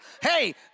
Hey